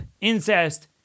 incest